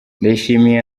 ndayishimiye